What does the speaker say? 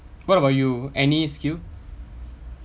what about you any skill